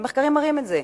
והמחקרים מראים את זה.